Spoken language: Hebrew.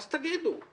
אז תגידו.